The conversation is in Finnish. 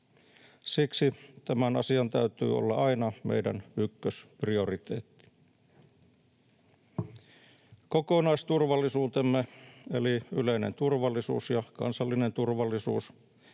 Siksi tämän asian täytyy olla aina meidän ykkösprioriteettimme. Kokonaisturvallisuutemme, eli yleinen turvallisuus ja kansallinen turvallisuus,